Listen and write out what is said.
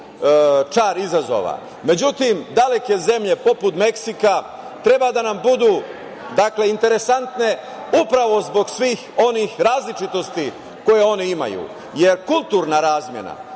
čar izazova, međutim, daleke zemlje poput Meksika, treba da nam budu interesantne upravo zbog svih onih različitosti koje one imaju, jer kulturna razmena,